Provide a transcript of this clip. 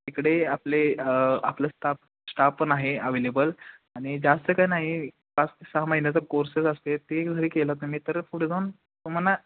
तिकडे आपले आपलं स्टाफ स्टाफ पण आहे अवेलेबल आणि जास्त काय नाही पाच ते सहा महिन्याचा कोर्सेस असते ते घेऊन जरी केला तुम्ही तर पुढे जाऊन तुम्हाला